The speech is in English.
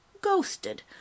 ghosted